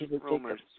rumors